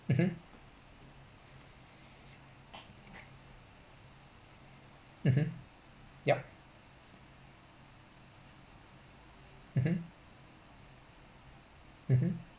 mmhmm mmhmm yup mmhmm mmhmm